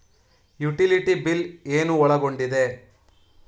Utility bill ಏನು ಒಳಗೊಂಡಿದೆ?